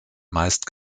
meist